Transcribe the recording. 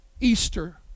Easter